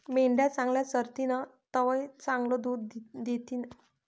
मेंढ्या चांगलं चरतीन तवय चांगलं दूध दितीन